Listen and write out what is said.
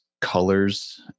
colors